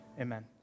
amen